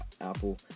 Apple